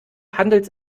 handelt